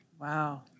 Wow